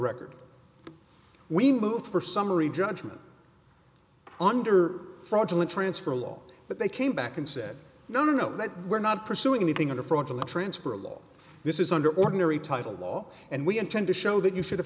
record we moved for summary judgment under fraudulent transfer law but they came back and said no no that we're not pursuing anything in a fraudulent transfer a law this is under ordinary title law and we intend to show that you should have